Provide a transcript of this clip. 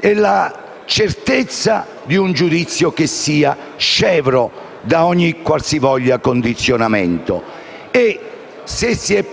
e la certezza di un giudizio che sia scevro da ogni qualsivoglia condizionamento. Se si è